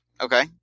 Okay